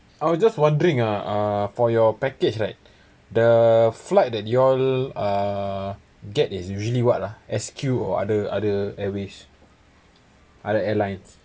I was just wondering uh for your package right the flight that you'll uh get is usually what uh S_Q or other other airways other airlines